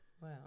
wow